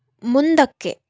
ಮುಂದಕ್ಕೆ